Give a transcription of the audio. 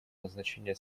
назначение